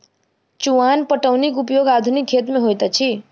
चुआन पटौनीक उपयोग आधुनिक खेत मे होइत अछि